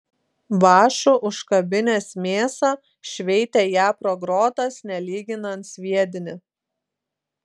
vąšu užkabinęs mėsą šveitė ją pro grotas nelyginant sviedinį